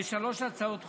שלוש הצעות חוק,